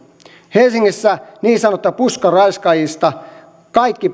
helsingissä niin sanotuista puskaraiskaajista kaikki